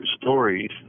stories